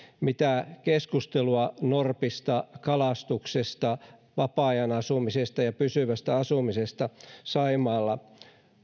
mitä keskustelua norpista kalastuksesta vapaa ajanasumisesta ja pysyvästä asumisesta saimaalla